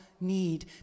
need